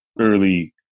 early